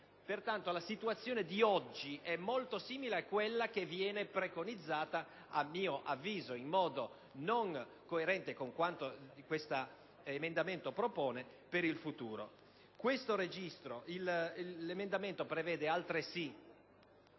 Pertanto, la situazione di oggi è molto simile a quella che viene preconizzata, a mio avviso in modo non coerente con ciò che tale emendamento propone, per il futuro. L'emendamento 20.0.500 prevede altresì